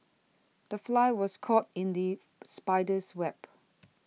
the fly was caught in the spider's web